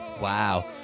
wow